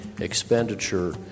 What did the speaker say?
expenditure